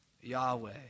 Yahweh